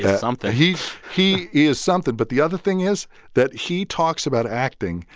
something. he he is something, but the other thing is that he talks about acting,